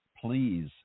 Please